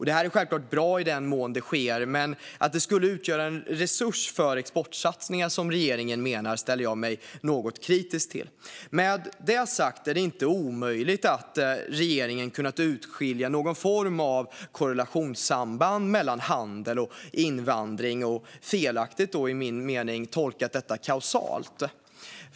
Detta är självklart bra i den mån det sker, men att det skulle utgöra en resurs för exportsatsningar, som regeringen menar, ställer jag mig något kritisk till. Med detta sagt är det inte omöjligt att regeringen har kunnat urskilja någon form av korrelationssamband mellan handel och invandring och, enligt min mening, felaktigt tolkat detta kausalt.